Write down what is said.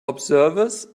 observers